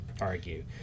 Argue